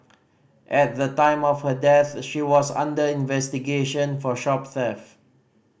at the time of her death she was under investigation for shop theft